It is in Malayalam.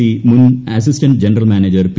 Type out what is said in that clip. സി മുൻ അസിസ്റ്റന്റ് ജനറൽ മാനേജർ പി